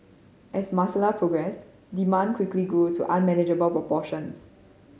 as Marcella progressed demand quickly grew to unmanageable proportions